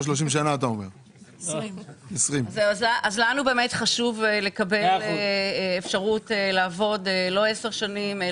לנו חשוב לקבל אפשרות לעבוד לא 10 שנים,